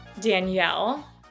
Danielle